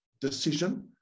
decision